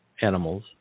animals